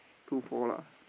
two four lah